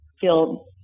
feel